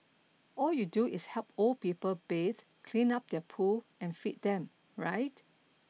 all you do is help old people bathe clean up their poo and feed them right